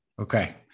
Okay